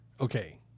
Okay